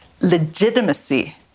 legitimacy